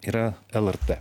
yra lrt